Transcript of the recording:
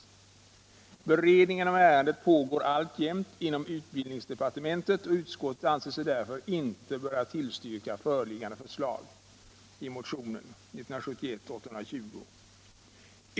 Beredningen av ärendet pågår alltjämt inom utbildningsdepartementet och utskottet anser sig därför inte böra tillstyrka föreliggande förslag i motionen 1971:820.